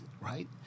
right